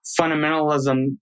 fundamentalism